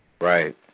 Right